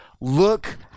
look